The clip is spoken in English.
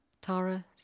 Tara